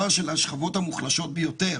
השכבות המוחלשות ביותר,